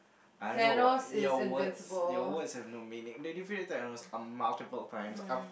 I don't know what your words your words have no meaning they're different almost a multiple times